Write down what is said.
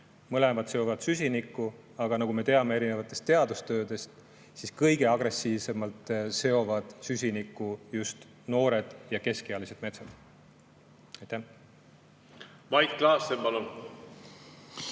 Mõlemad seovad süsinikku, aga nagu me teame erinevatest teadustöödest, siis kõige agressiivsemalt seovad süsinikku just noored ja keskealised metsad. Kui ma sain õigesti aru